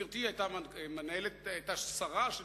גברתי היתה שרה שהחזיקה,